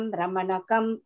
Ramanakam